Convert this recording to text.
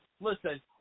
listen